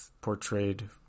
portrayed